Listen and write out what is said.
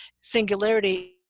singularity